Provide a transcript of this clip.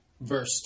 verse